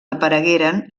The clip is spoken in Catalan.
aparegueren